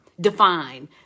Define